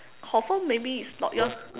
confirm maybe it's not your